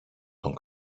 τον